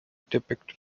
depict